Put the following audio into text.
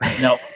No